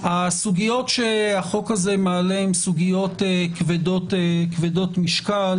הסוגיות שהחוק הזה מעלה הן סוגיות כבדות משקל.